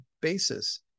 basis